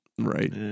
Right